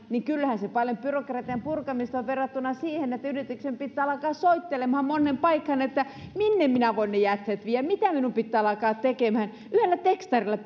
niin kyllähän se paljon byrokratian purkamista on verrattuna siihen että yrityksen pitää alkaa soittelemaan moneen paikkaa että minne voi ne jätteet viedä mitä pitää alkaa tekemään yhdellä tekstarilla